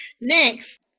next